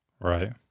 right